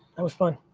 that was fun.